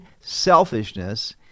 selfishness